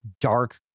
dark